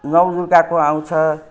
नौ दुर्गाको आउँछ